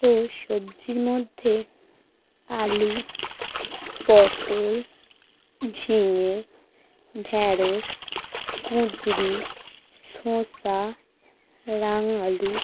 ও সবজির মধ্যে আলু পটল ঝিঙ্গে ঢেঁড়স কুদ্রি রাঙ্গা আলুশশা